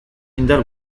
indar